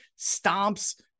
stomps